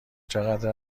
چقدر